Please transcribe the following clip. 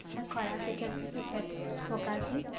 ମାନେ ଖରାପ୍ ଏ ଇଫେକ୍ଟ ଫକାସି